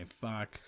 fuck